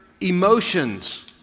emotions